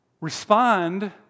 respond